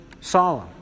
solemn